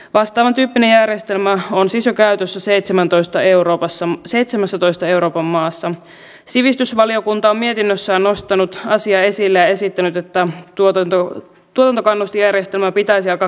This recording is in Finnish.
kaikki me tiedämme että työmarkkinasopimuksen suurin este on hallituksen ajamat pakkolait ja se että hallitus on mennyt ikään kuin työnantaja ja työntekijäosapuolen väliin sillä tavalla että se puolustaa vain työnantajaosapuolta ja sitten työntekijäosapuoli jää tästä kokonaan irti